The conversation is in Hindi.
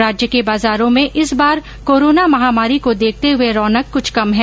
राज्य के बाजारों में इस बार कोरोना महामारी को देखते हुए रौनक कुछ कम है